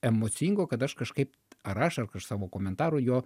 emocingo kad aš kažkaip ar aš ar savo komentaru jo